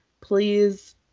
Please